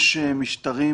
יש משטרים